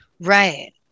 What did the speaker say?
Right